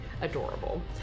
Adorable